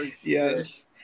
Yes